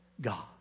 God